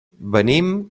venim